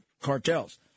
cartels